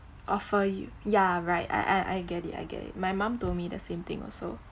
offer you ya right I I I get it I get it my mum told me the same thing also